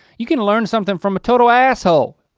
you can learn something from a total asshole.